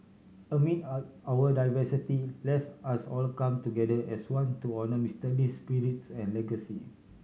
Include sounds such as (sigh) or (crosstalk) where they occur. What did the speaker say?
amid (hesitation) our diversity let's us all come together as one to honour Mister Lee's spirits and legacy